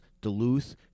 duluth